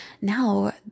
now